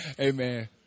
Amen